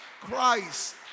Christ